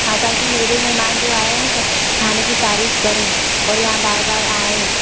हाँ ताकि मेरे मेहमान जो आए हैं सब खाने की तारीफ़ करें और यहाँ बार बार आएं